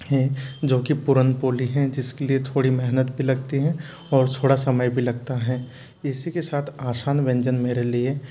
है जो कि पूरन पोली है जिसके लिए थोड़ी मेहनत भी लगती है और थोड़ा समय भी लगता है इसी के साथ आसान व्यंजन मेरे लिए